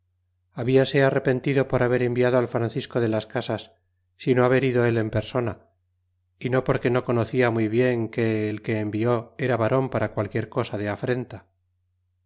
corazon hablase arrepentido por haber enviado al francisco de las casas sino haber ido el en persona y no porque no conocia muy bien que el que envió era varon para qualquiera cosa de afrenta